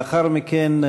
לאחר מכן,